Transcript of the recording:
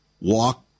Walk